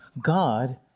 God